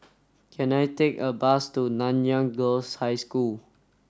can I take a bus to Nanyang Girls' High School